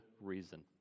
reason